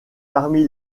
parmi